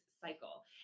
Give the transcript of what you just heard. cycle